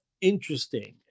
interesting